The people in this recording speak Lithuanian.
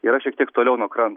yra šiek tiek toliau nuo kran